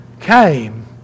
came